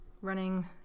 Running